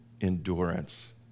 endurance